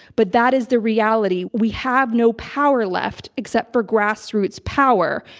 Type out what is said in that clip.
but that is the reality. we have no power left except for grassroots power.